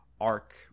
arc